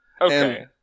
Okay